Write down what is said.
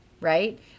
right